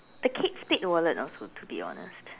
the Kate Spade wallet also to be honest